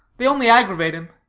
they only aggravate him.